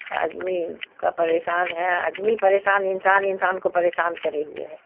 آدمی کا پریشان ہے آدمی پریشان انسان انسان کو پریشان کرے ہوئے ہے